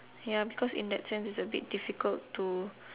ya because in that sense it's a bit difficult to